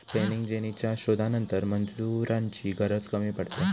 spinning जेनीच्या शोधानंतर मजुरांची गरज कमी पडता